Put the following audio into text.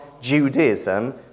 Judaism